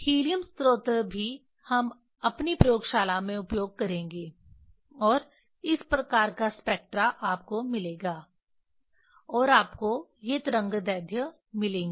helium स्रोत भी हम अपनी प्रयोगशाला में उपयोग करेंगे और इस प्रकार का स्पेक्ट्रा आपको मिलेगा और आपको ये तरंगदैर्ध्य मिलेंगे